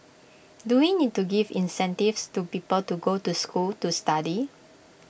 do we need to give incentives to people to go to school to study